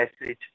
message